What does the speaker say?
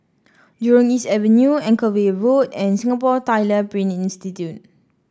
Jurong East Avenue Anchorvale Road and Singapore Tyler Print Institute